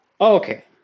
Okay